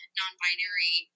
non-binary